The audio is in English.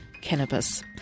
cannabis